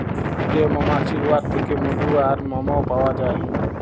যে মমাছি উয়ার থ্যাইকে মধু আর মমও পাউয়া যায়